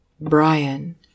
Brian